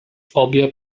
obie